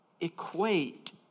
equate